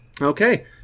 Okay